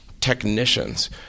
Technicians